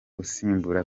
uzasimbura